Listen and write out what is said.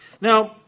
Now